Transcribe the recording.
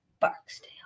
Barksdale